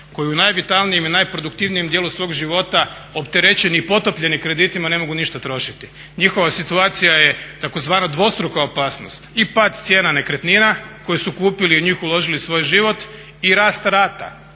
koji u najvitalnijem i najproduktivnijem dijelu svog života, opterećeni i potopljeni kreditima ne mogu ništa trošiti. Njihova situacija je tzv. dvostruka opasnost, i pad cijena nekretnina koju su kupili i u njih uložili svoj život i rast rata.